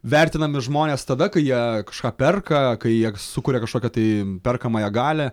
vertinami žmonės tada kai jie kažką perka kai jie sukuria kažkokią tai perkamąją galią